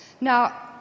Now